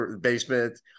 basement